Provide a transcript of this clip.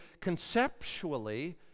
conceptually